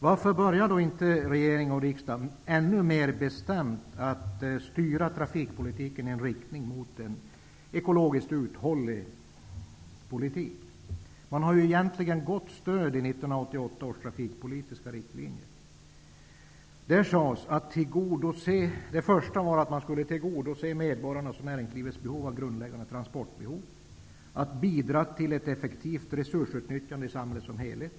Varför börjar då inte regering och riksdag ännu mer bestämt att styra trafikpolitiken i riktning mot en ekologiskt uthållig politik? Man har egentligen gott stöd i 1988 års trafikpolitiska riktlinjer. Där sades att man först och främst skulle tillgodose medborgarnas och näringslivets grundläggande behov av transporter. Man skulle bidra till ett effektivt resursutnyttjande i samhället som helhet.